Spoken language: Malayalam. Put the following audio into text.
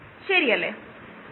ഡു എന്ന ഒന്ന് ഉണ്ട്